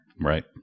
Right